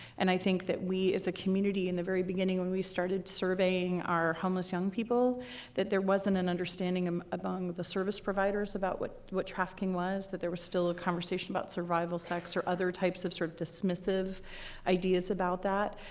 and i think that we, as a community in the very beginning when, we started surveying our homeless young people that there wasn't an understanding um among the service providers about what what trafficking was, that there was still a conversation about survival, sex, or other types of sort of dismissive of dismissive ideas about that.